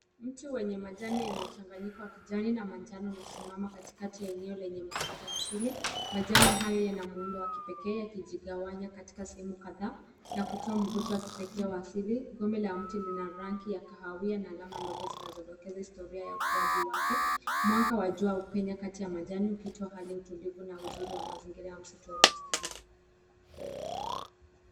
Mtu mwenye majani ya mchanganyiko wa kijani na manjano anasimama katika eneo lenye mwangaza asili. Majani hayo yana muundo wa kipekee yamejikawanya katika sehemu kadhaa na kutoa mfumo wa kipekee wa asili na gome la mti Lina rangi ya kahawia.na alama ndogo zinazotoke a ukuaji wake. Mwanga wa jua hupenya Kati ya majani ukitoa Hali ya utulivu na uzuri wa mazingira ya misitu wa bustani.